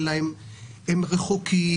הם רחוקים,